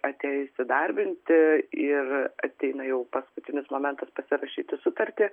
atėjo įsidarbinti ir ateina jau paskutinis momentas pasirašyti sutartį